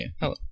Hello